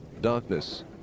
Darkness